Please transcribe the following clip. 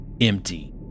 Empty